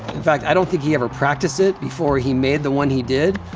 in fact, i don't think he ever practiced it before he made the one he did.